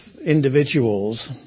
individuals